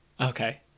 okay